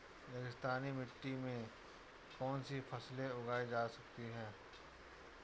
रेगिस्तानी मिट्टी में कौनसी फसलें उगाई जा सकती हैं?